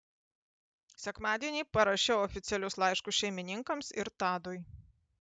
sekmadienį parašiau oficialius laiškus šeimininkams ir tadui